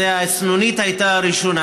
שזו הייתה הסנונית הראשונה,